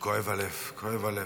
כואב הלב, כואב הלב.